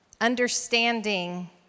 understanding